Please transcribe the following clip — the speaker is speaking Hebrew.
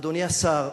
אדוני השר,